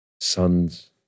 Sons